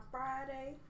Friday